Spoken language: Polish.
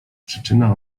przyczyna